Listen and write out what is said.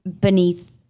beneath